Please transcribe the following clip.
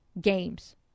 games